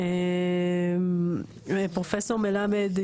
פרופסור מלמד,